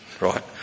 right